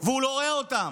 והוא לא רואה אותן.